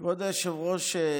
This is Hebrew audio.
כבוד היושב-ראש,